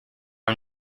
own